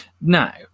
Now